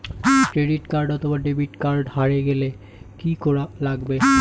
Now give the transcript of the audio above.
Credit card অথবা debit card হারে গেলে কি করা লাগবে?